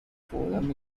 forum